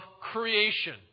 creation